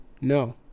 no